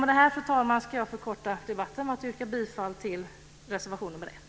Med detta, fru talman, ska jag förkorta debatten genom att yrka bifall till reservation nr 1.